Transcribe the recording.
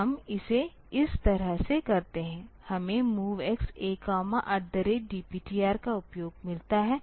हम इसे इस तरह से करते हैं हमें MOVX A DPTR का उपयोग मिलता है